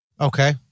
Okay